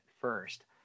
first